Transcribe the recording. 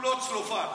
כולו צלופן.